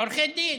עורכי דין,